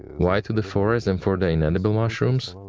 why to the forest and for the inedible mushrooms?